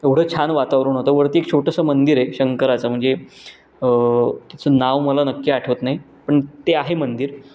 एवढं छान वातावरण होतं वरती एक छोटंसं मंदिर आहे शंकराचं म्हणजे तिचं नाव मला नक्की आठवत नाही पण ते आहे मंदिर